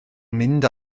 mynd